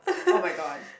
!oh-my-god!